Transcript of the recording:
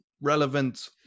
relevant